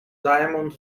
diamond